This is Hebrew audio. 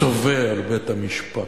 צובא על בית-המשפט?